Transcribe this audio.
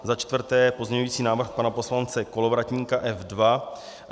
Za čtvrté, pozměňující návrh pana poslance Kolovratníka F2.